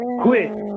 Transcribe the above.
quit